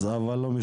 אבל לא משנה.